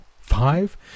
Five